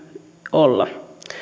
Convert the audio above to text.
olla